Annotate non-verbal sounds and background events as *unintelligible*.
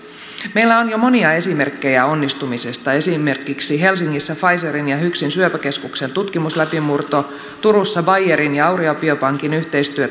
meillä on jo monia esimerkkejä onnistumisesta esimerkiksi helsingissä pfizerin ja hyksin syöpäkeskuksen tutkimusläpimurto turussa bayerin ja auria biopankin yhteistyö *unintelligible*